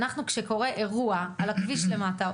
אנחנו כשקורה אירוע על הכביש למטה,